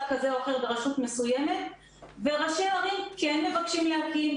כזה או אחר ברשות מסוימת וראשי ערים כן מבקשים להקים